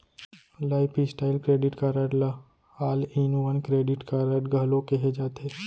lifestyle credit card ल all in one credit card घलो केहे जाथे